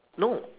no